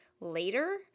later